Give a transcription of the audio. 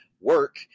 work